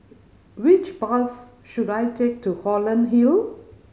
which bus should I take to Holland Hill